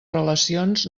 relacions